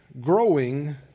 Growing